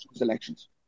elections